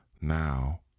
Now